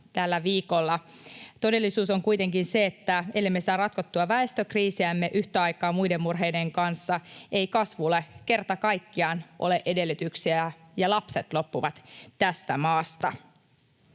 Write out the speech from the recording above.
tällä viikolla. Todellisuus on kuitenkin se, että ellemme saa ratkottua väestökriisiämme yhtä aikaa muiden murheiden kanssa, ei kasvulle kerta kaikkiaan ole edellytyksiä ja lapset loppuvat tästä maasta.